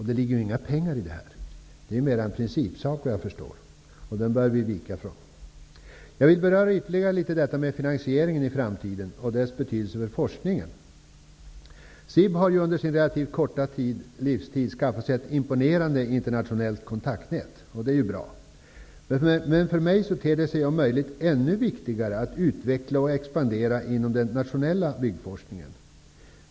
Det ligger ju inga pengar i detta. Det är mer en principsak, vad jag förstår. Den bör vi vika från. Jag vill beröra finansieringen i framtiden och dess betydelse för forskningen litet ytterligare. SIB har under sin relativt korta livstid skaffat sig ett imponerande internationellt kontaktnät. Det är ju bra. Men för mig ter det sig om möjligt ännu viktigare att utveckla och expandera inom den nationella byggforskningen.